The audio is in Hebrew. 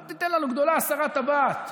אל תיתן לנו "גדולה הסרת טבעת".